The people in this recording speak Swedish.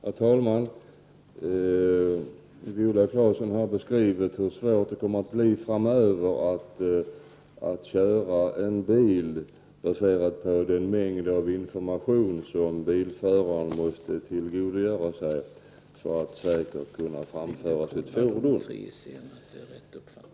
Herr talman! Viola Claesson har beskrivit hur svårt det kommer att bli framöver att köra bil med tanke på den mängd information som bilföraren måste tillgodogöra sig för att säkert kunna framföra sitt fordon.